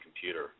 computer